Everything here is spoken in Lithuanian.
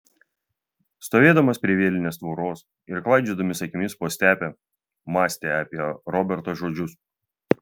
stovėdamas prie vielinės tvoros ir klaidžiodamas akimis po stepę mąstė apie roberto žodžius